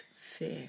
fear